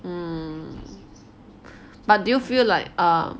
um but do you feel like